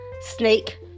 snake